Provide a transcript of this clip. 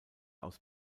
aus